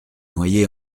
noyé